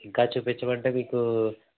ఇంకా చూపించమంటే మీకు